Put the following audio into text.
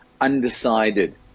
undecided